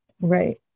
Right